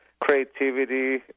creativity